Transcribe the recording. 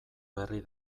berri